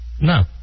No